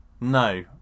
No